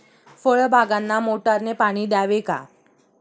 फळबागांना मोटारने पाणी द्यावे का?